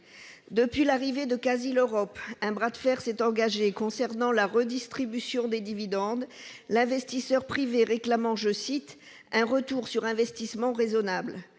Depuis l'arrivée de Casil Europe, un bras de fer s'est engagé concernant la redistribution des dividendes, l'investisseur privé réclamant « un retour sur investissement raisonnable ».